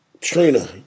Trina